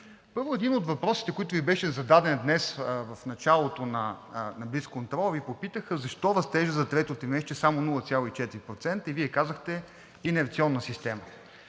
Първо, един от въпросите, които Ви беше зададен днес – в началото на блицконтрола Ви попитаха защо растежът за трето тримесечие е само 0,4% и Вие казахте: инерционна система.